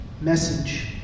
message